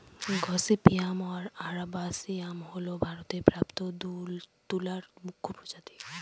gossypium arboreum হল ভারতে প্রাপ্ত তুলার মুখ্য প্রজাতি